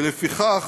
ולפיכך,